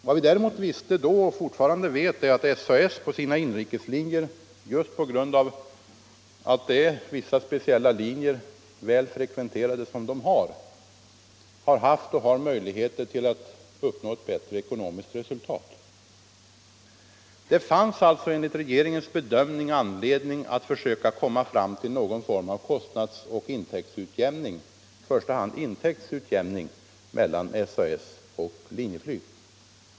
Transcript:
Vad vi däremot - Om prishöjningarna visste då och fortfarande vet är att SAS på sina inrikeslinjer just på grund = på inrikesflygets av att det är fråga om speciella, väl frekventerade linjer har haft och = linjer till övre har möjlighet att uppnå ett bättre ekonomiskt resultat. Norrland Det fanns alltså enligt regeringens bedömning anledning att försöka komma fram till någon form av kostnads och intäktsutjämning — i första hand intäktsutjämning — mellan SAS och Linjeflyg.